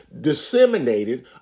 disseminated